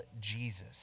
Jesus